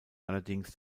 allerdings